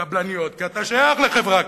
קבלניות, כי אתה שייך לחברה כזאת,